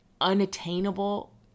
unattainable